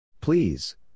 Please